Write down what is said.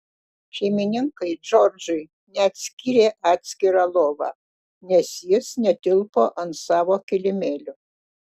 šeimininkai džordžui net skyrė atskirą lovą nes jis netilpo ant savo kilimėlio